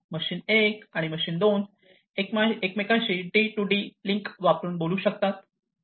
machine 1 आणि machine 2 एकमेकांशी D2D link वापरून बोलू शकता